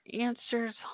answers